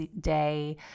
Day